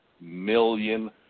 million